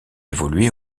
évoluait